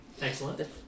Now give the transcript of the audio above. Excellent